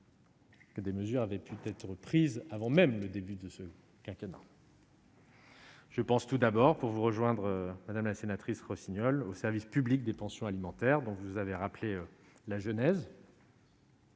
Que des mesures avaient pu être prises avant même le début de ce quinquennat. Je pense tout d'abord pour vous rejoindre madame la sénatrice Rossignol au service public des pensions alimentaires dont vous avez rappelé la genèse.